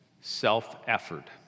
self-effort